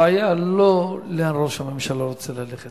הבעיה לא לאן ראש הממשלה רוצה ללכת,